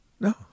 No